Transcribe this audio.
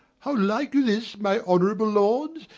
how like you this, my honourable lords?